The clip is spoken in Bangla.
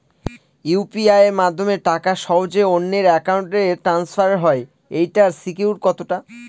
ইউ.পি.আই মাধ্যমে টাকা সহজেই অন্যের অ্যাকাউন্ট ই ট্রান্সফার হয় এইটার সিকিউর কত টা?